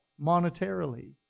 monetarily